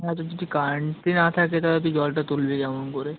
হ্যাঁ তো যদি কারেন্টই না থাকে তাহলে তুই জলটা তুলবি কেমন করে